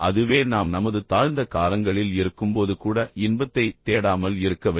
அதுவே நாம் நமது தாழ்ந்த காலங்களில் இருக்கும்போது கூட இன்பத்தைத் தேடாமல் இருக்க வைக்கும்